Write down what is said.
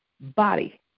body